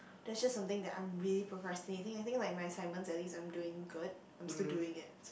that's just something that I'm really procrastinating I think like my assignments at least I'm doing good I'm still doing it so